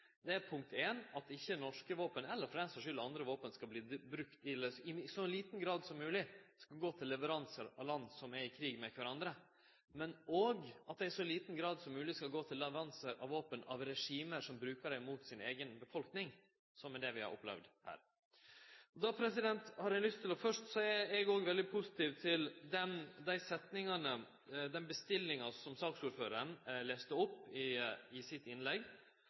er for det første at norske våpen, eller for den saks skuld andre våpen, i så liten grad som mogleg skal gå til leveransar til land som er i krig med kvarandre, men òg at dei i så liten grad som mogleg skal gå til leveranse av våpen til regime som brukar dei mot si eiga befolkning, som er det vi har opplevd her. Eg òg er veldig positiv til dei setningane, den bestillinga, som saksordføraren siterte i innlegget sitt, som gir klar beskjed om at vi skal gå gjennom dette og situasjonen i forhold til autoritære regime i